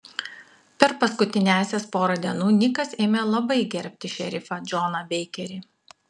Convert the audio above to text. per paskutiniąsias porą dienų nikas ėmė labai gerbti šerifą džoną beikerį